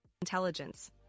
intelligence